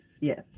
Yes